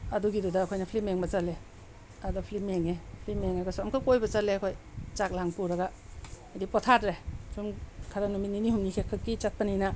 ꯑꯗꯨꯒꯤꯗꯨꯗ ꯑꯩꯈꯣꯏꯅ ꯐꯤꯂꯝ ꯌꯦꯡꯕ ꯆꯠꯂꯦ ꯑꯗ ꯐꯤꯂꯝ ꯌꯦꯡꯉꯦ ꯐꯤꯂꯝ ꯌꯦꯡꯉꯒꯁꯨ ꯑꯃꯨꯛꯀ ꯀꯣꯏꯕ ꯆꯠꯂꯦ ꯑꯩꯈꯣꯏ ꯆꯥꯛꯂꯥꯡ ꯄꯨꯔꯒ ꯍꯥꯏꯗꯤ ꯄꯣꯊꯥꯗ꯭ꯔꯦ ꯁꯨꯝ ꯈꯔ ꯅꯨꯃꯤꯠ ꯅꯤꯅꯤ ꯍꯨꯝꯅꯤ ꯈꯛꯀꯤ ꯆꯠꯄꯅꯤꯅ